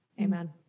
Amen